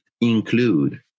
include